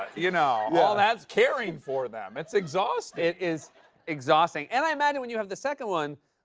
you know, yeah all that caring for them, it's exhausting. it is exhausting. and i imagine, when you have the second one,